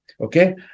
Okay